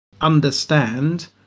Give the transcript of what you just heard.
Understand